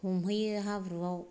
हमहैयो हाब्रुवाव